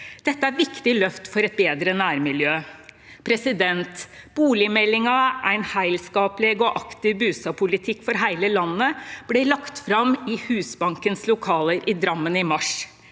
Dette er viktige løft for et bedre nærmiljø. Boligmeldingen «Ein heilskapleg og aktiv bustadpolitikk for heile landet» ble lagt fram i Husbankens lokaler i Drammen i mars.